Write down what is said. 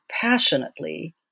passionately